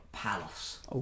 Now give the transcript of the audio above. Palace